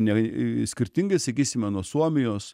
ne į skirtingai sakysime nuo suomijos